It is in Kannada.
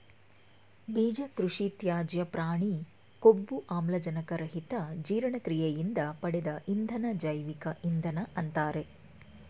ಬೀಜ ಕೃಷಿತ್ಯಾಜ್ಯ ಪ್ರಾಣಿ ಕೊಬ್ಬು ಆಮ್ಲಜನಕ ರಹಿತ ಜೀರ್ಣಕ್ರಿಯೆಯಿಂದ ಪಡೆದ ಇಂಧನ ಜೈವಿಕ ಇಂಧನ ಅಂತಾರೆ